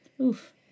Oof